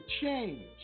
change